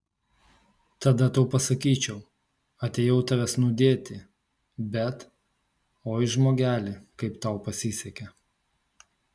tada tau pasakyčiau atėjau tavęs nudėti bet oi žmogeli kaip tau pasisekė